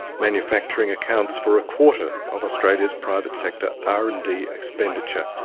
manufacturing accounts for a quarter of australia's private sector r and d expenditure.